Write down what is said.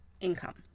income